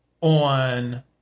on